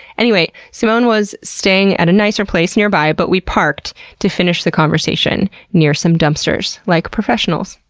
anyway. simone was staying at a nicer place nearby but we parked to finish the conversation near some dumpsters, like professionals.